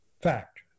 fact